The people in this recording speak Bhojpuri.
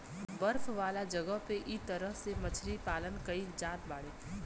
बर्फ वाला जगह पे इ तरह से मछरी पालन कईल जात बाड़े